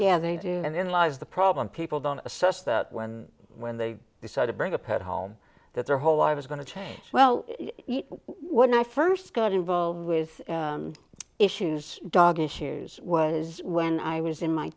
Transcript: yeah they do and in lies the problem people don't assess that when when they decide to bring the pet home that their whole life is going to change well when i first got involved with issues dog issues was when i was in my